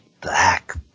black